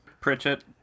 Pritchett